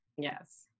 Yes